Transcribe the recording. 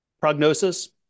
prognosis